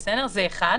בנוסף,